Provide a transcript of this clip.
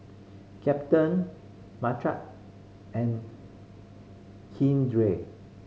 Captain and Keandre